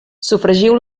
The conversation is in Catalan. sofregiu